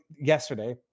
yesterday